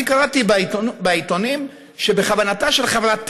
אני קראתי בעיתונים שבכוונתה של חברת טבע,